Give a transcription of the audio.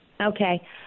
Okay